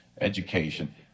education